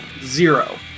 zero